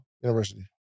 university